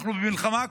אנחנו במלחמה,